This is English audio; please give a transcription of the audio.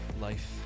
Life